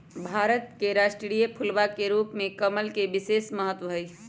भारत के राष्ट्रीय फूलवा के रूप में कमल के विशेष महत्व हई